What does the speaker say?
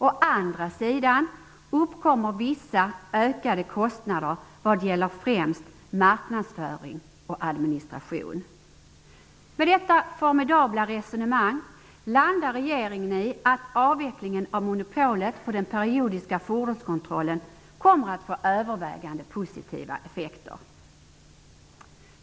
Å andra sidan uppkommer vissa ökade kostnader vad gäller främst marknadsföring och administration. Med detta formidabla resonemang landar regeringen på att avvecklingen av monopolet på den periodiska fordonskontrollen kommer att få övervägande positiva effekter.